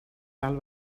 tal